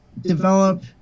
develop